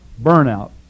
Burnout